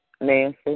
Nancy